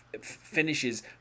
finishes